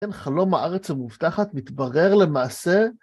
כן, חלום הארץ המובטחת מתברר למעשה